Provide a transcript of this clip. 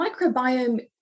microbiome